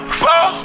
four